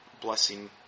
blessing